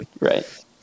right